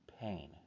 pain